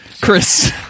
Chris